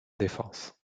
défense